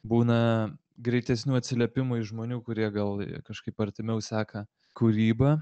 būna greitesnių atsiliepimų iš žmonių kurie gal kažkaip artimiau seka kūrybą